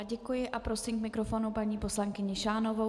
Děkuji a prosím k mikrofonu paní poslankyni Šánovou.